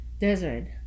Desert